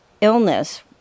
illness